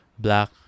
black